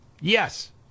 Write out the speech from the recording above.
Yes